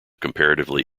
comparatively